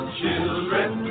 children